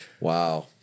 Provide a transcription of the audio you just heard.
Wow